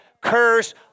curse